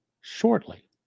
shortly